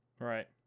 Right